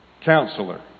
counselor